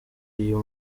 uyu